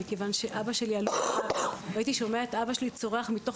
מכיוון שאבא שלי הלום קרב והייתי שומע את אבא שלי צורח מתוך